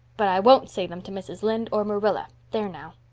but i won't say them to mrs. lynde or marilla, there now!